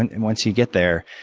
and and once you get there,